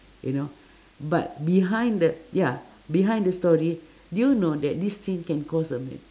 you know but behind the ya behind the story do you know that this thing can cause a m~